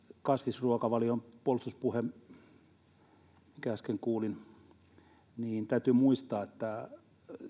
kasvisruokavalion puolustuspuhe minkä äsken kuulin täytyy muistaa että